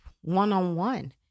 one-on-one